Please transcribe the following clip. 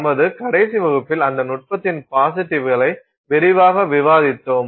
நமது கடைசி வகுப்பில் அந்த நுட்பத்தின் பாசிட்டிவ்களை விரிவாக விவாதித்தோம்